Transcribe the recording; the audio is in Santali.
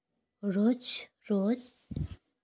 ᱨᱳᱡᱽ ᱨᱳᱡᱽ